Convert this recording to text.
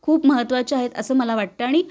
खूप महत्त्वाच्या आहेत असं मला वाटतं आणि